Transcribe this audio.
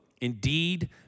Indeed